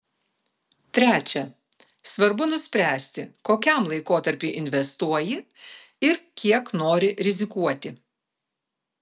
trečia svarbu nuspręsti kokiam laikotarpiui investuoji ir kiek nori rizikuoti